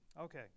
Okay